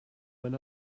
when